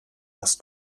was